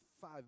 five